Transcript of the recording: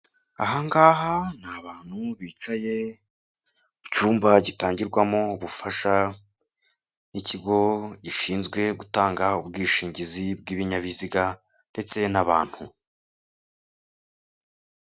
Aha ngaha ni abantu bicaye mu cyumba gitangirwamo ubufasha n'ikigo gishinzwe gutanga ubwishingizi bw'ibinyabiziga ndetse n'abantu.